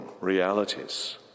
realities